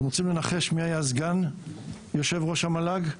אתם רוצים לנחש מי היה סגן יושב-ראש המל"ג?